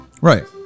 Right